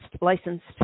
licensed